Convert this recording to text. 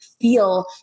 feel